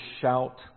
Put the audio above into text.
shout